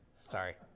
Sorry